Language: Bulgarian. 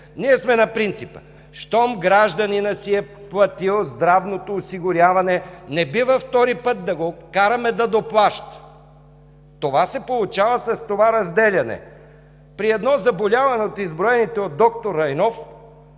Ние сме на принципа: щом гражданинът си е платил здравното осигуряване, не бива втори път да го караме да доплаща. Това се получава с това разделяне. При едно заболяване – от изброените от д-р Райнов,